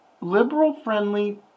liberal-friendly